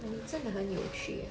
eh 你真的很有趣